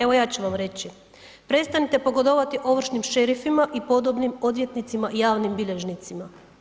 Evo ja ću vam reći, prestanite pogodovati ovršnim šerifima i podobnim odvjetnicima i javnim bilježnicima.